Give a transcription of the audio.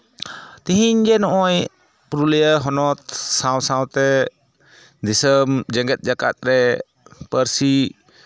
ᱛᱮᱦᱤᱧ ᱜᱮ ᱱᱚᱜᱼᱚᱭ ᱯᱩᱨᱩᱞᱤᱭᱟ ᱦᱚᱱᱚᱛ ᱥᱟᱶ ᱥᱟᱶᱛᱮ ᱫᱤᱥᱟᱹᱢ ᱡᱮᱸᱜᱮᱛ ᱡᱟᱠᱟᱛ ᱨᱮ ᱯᱟᱹᱨᱥᱤ